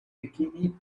bikini